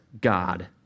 God